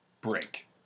break